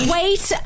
Wait